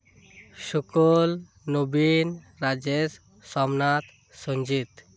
ᱥᱚᱠᱩᱞ Nabin Rajesh Somnath Sanjit